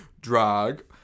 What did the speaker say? drag